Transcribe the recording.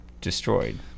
destroyed